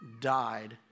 died